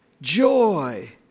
joy